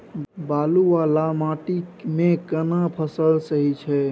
बालू वाला माटी मे केना फसल सही छै?